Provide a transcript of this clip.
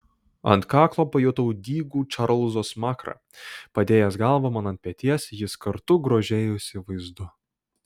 ant kaklo pajutau dygų čarlzo smakrą padėjęs galvą man ant peties jis kartu grožėjosi vaizdu